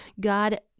God